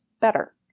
better